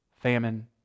famine